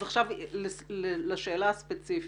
לשאלה הספציפית,